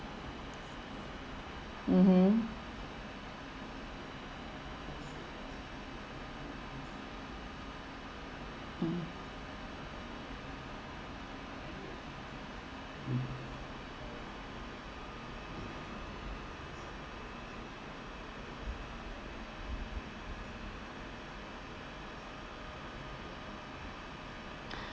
mmhmm mm